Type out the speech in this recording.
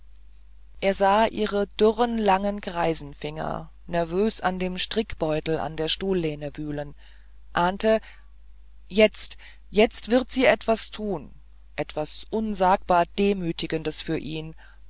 er sah ihre dürren langen greisenfinger nervös in dem strickbeutel an der stuhllehne wühlen ahnte jetzt jetzt wird sie etwas tun etwas unsagbar demütigendes für ihn